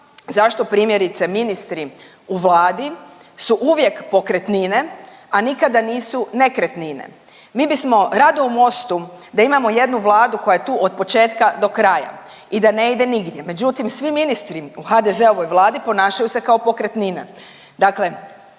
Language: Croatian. zašto primjerice ministri u Vladi su uvijek pokretnine, a nikada nisu nekretnine. Mi bismo rado u Mostu da imamo jednu Vladu koja je tu od početka do kraja i da ne ide nigdje međutim svi ministri u HDZ-ovoj Vladi ponašaju se kao pokretnine.